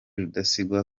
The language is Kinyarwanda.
rudasingwa